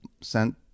sent